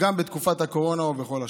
בתקופת הקורונה וכל השנה.